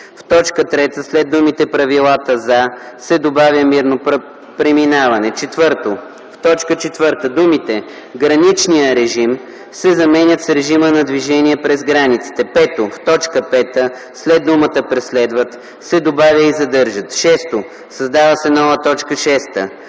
В т. 3 след думите „правилата за” се добавя „мирно преминаване”. 4. В т. 4 думите „граничния режим” се заменят с „режима на движение през границите”. 5. В т. 5 след думата „преследват” се добавя „и задържат”. 6. Създава се нова т. 6: